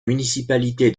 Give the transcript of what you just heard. municipalité